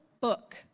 book